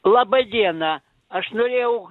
laba diena aš norėjau